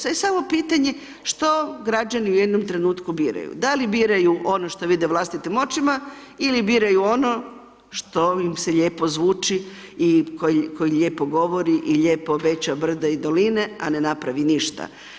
Sada je samo pitanje, što građani u jednom trenutku biraju, da li biraju ono što vide vlastitim očima ili biraju ono što im se lijepo zvuči i koji lijepo govori i lijepo obeća brda i doline, a ne napravi ništa.